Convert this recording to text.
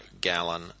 Gallon